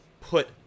put